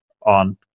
on